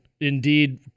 indeed